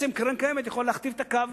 הקרן הקיימת יכולה להכתיב את הקו.